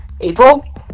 April